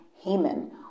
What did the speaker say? Haman